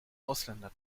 ausländer